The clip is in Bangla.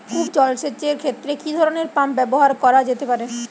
কূপ জলসেচ এর ক্ষেত্রে কি ধরনের পাম্প ব্যবহার করা যেতে পারে?